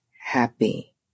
happy